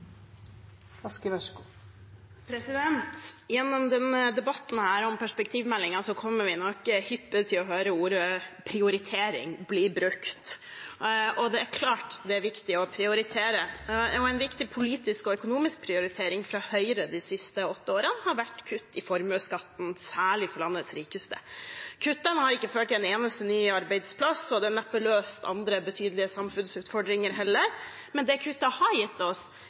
det er viktig å prioritere. En viktig politisk og økonomisk prioritering fra Høyre de siste åtte årene har vært kutt i formuesskatten, særlig for landets rikeste. Kuttene har ikke ført til en eneste ny arbeidsplass og har neppe løst andre betydelige samfunnsutfordringer heller. Men det kuttet har gitt oss,